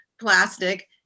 plastic